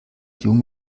jung